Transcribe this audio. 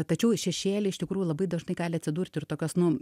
tačiau šešėly iš tikrųjų labai dažnai gali atsidurti ir tokios nu